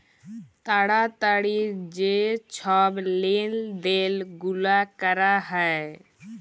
তাড়াতাড়ি যে ছব লেলদেল গুলা ক্যরা হ্যয়